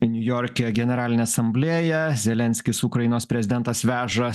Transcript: niujorke generalinė asamblėja zelenskis ukrainos prezidentas veža